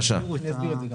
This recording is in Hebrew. ישבנו עם